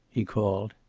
he called.